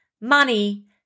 money